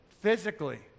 physically